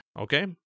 okay